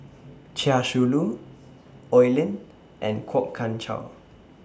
Chia Shi Lu Oi Lin and Kwok Kian Chow